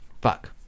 Fuck